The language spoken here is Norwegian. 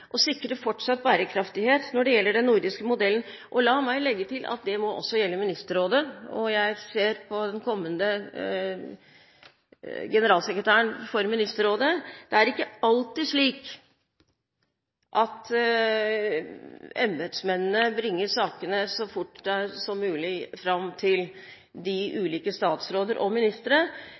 sikre fortsatt bærekraftighet når det gjelder den nordiske modellen. Og la meg legge til at det også må gjelde Ministerrådet, og jeg ser på den kommende generalsekretæren for Ministerrådet. Det er ikke alltid slik at embetsmennene bringer sakene så fort som mulig fram til de ulike statsråder og ministre,